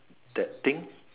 that thing